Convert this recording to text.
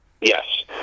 Yes